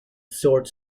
short